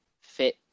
fit